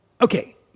okay